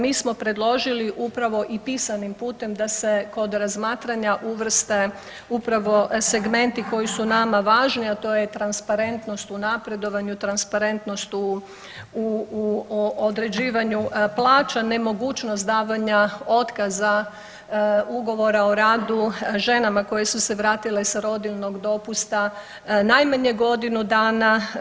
Mi smo predložili upravo i pisanim putem da se kod razmatranja uvrste upravo segmenti koji su nama važni, a to je transparentnost u napredovanju, transparentnost u, u određivanju plaća, nemogućnost davanja otkaza ugovora o radu ženama koje su se vratile sa rodiljnog dopusta najmanje godinu danas.